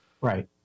Right